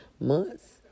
months